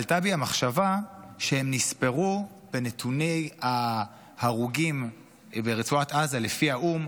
עלתה בי המחשבה שהם נספרו בנתוני ההרוגים ברצועת עזה לפי האו"ם,